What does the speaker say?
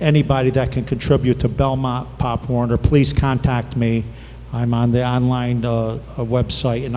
anybody that can contribute to belmont pop warner please contact me i'm on the on line a website and